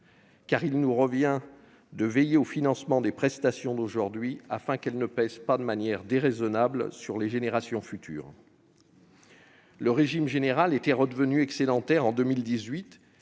Il nous revient de veiller au financement des prestations d'aujourd'hui, afin qu'elles ne pèsent pas de manière déraisonnable sur les générations futures. Le régime général était redevenu excédentaire en 2018.